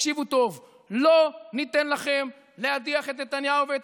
תקשיבו טוב: לא ניתן לכם להדיח את נתניהו ואת